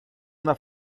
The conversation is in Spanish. una